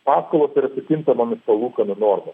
paskolos yra su kintamomis palūkanų norma